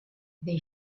they